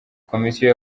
komisiyo